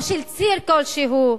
או של ציר כלשהו.